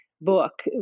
book